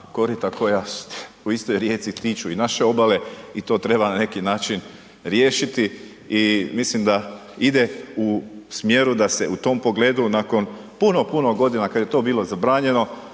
korita koja u istoj rijeci tiču i naše obale i to treba na neki način riješiti. I mislim da ide u smjeru da se u tom pogledu nakon puno, puno godina kada je to bilo zabranjeno